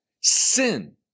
sin